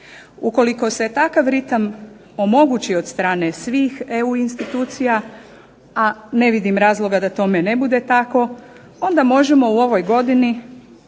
Ukoliko se takav ritam omogući od strane svih EU institucija, a ne vidim razloga da tome ne bude tako, onda možemo u ovoj godini